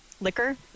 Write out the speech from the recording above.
liquor